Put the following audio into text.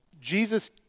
Jesus